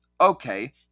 Okay